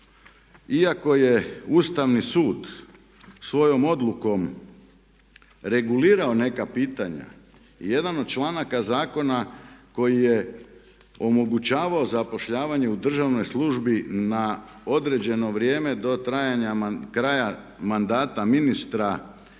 iako je Ustavni sud svojom odlukom regulirao neka pitanja jedan od članaka zakona koji je omogućavao zapošljavanje u državnoj službi na određeno vrijeme do trajanja kraja mandata ministra, pa se